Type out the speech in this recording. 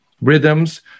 rhythms